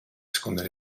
esconde